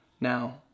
Now